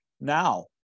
Now